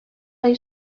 ayı